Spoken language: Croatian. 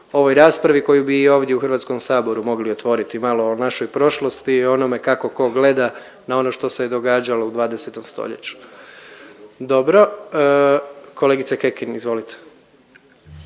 ovoj raspravi koju bi i ovdje u Hrvatskom saboru mogli otvoriti malo o našoj prošlosti i onome kako tko gleda na ono što se je događalo u dvadesetom stoljeću. Dobro. Kolegice Kekin, izvolite.